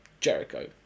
Jericho